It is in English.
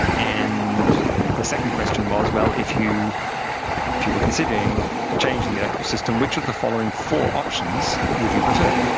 and the second question was, well, if you if you were considering a change in the electoral system, which of the following four options would you prefer?